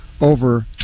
over